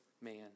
man